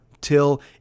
till